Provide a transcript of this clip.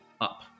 up